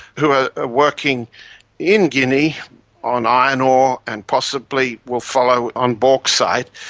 who are working in guinea on iron ore and possibly will follow on bauxite,